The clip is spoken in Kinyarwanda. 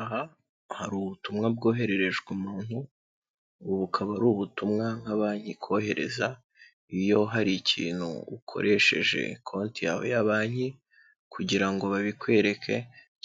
Aha hari ubutumwa bwohererejwe umuntu, ubu bukaba ari ubutumwa nka banki ikohereza iyo hari ikintu ukoresheje konti yawe ya banki kugira ngo babikwereke